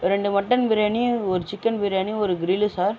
ரெண்டு மட்டன் பிரியாணி ஒரு சிக்கன் பிரியாணி ஒரு கிரில்லு சார்